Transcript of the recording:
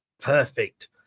Perfect